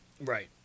Right